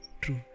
True